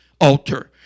altar